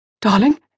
Darling